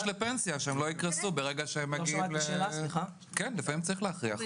לפנסיה כדי שהם לא יקרסו כשהם מגיעים --- לפעמים צריך להכריח.